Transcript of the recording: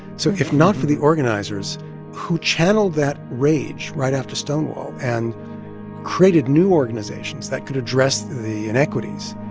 so if not for the organizers who channeled that rage right after stonewall and created new organizations that could address the inequities,